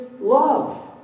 love